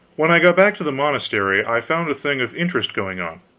when i got back to the monastery, i found a thing of interest going on.